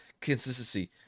consistency